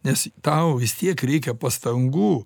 nes tau vis tiek reikia pastangų